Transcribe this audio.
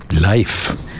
life